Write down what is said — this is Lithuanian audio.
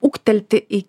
ūgtelti į